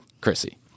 Chrissy